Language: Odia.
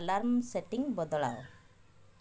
alarm setting ବଦଳାଅ